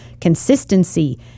consistency